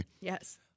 Yes